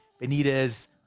Benitez